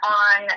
on